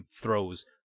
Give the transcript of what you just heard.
throws